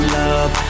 love